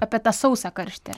apie tą sausą karštį